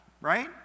right